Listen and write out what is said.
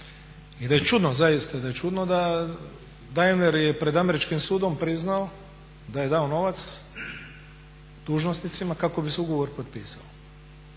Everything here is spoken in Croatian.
i da je čudno, zaista da je čudno da Daimler je pred američkim sudom priznao da je dao novac dužnosnicima kako bi se ugovor potpisao.